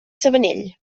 sabanell